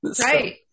Right